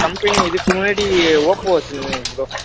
company இதுக்கு முன்னாடி Oppo வெச்சுருந்தேன் ப்ரோ